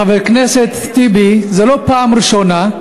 חבר הכנסת טיבי, זו לא פעם ראשונה.